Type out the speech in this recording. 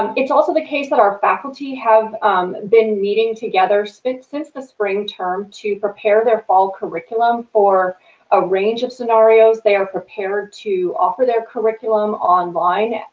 um it's also the case that our faculty have been meeting together since since the spring term to prepare their fall curriculum for a range of scenarios. they are prepared to offer their curriculum online,